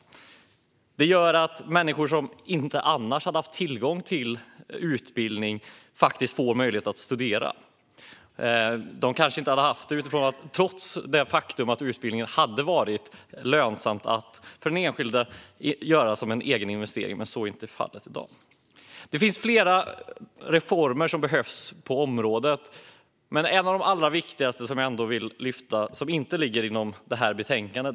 De ger människor som annars inte skulle ha haft tillgång till utbildning möjlighet att studera. Utan studiemedel kanske de inte hade studerat, trots det faktum att utbildningen hade varit lönsam för den enskilde som en egen investering. Men så är inte fallet i dag. Det finns flera reformer som behövs på området. Jag vill lyfta fram en av de viktigaste, som inte ligger inom detta betänkande.